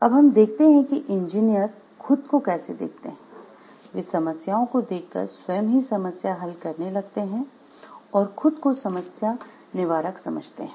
अब हम देखते है कि इंजीनियर खुद को कैसे देखते हैं वे समस्याओं को देखकर स्वयं ही समस्या हल करते लगते हैं और खुद को समस्या निवारक समझते हैं